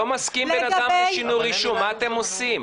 לא מסכים בן אדם לשינוי הרישום, מה אתם עושים?